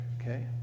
okay